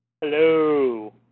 Hello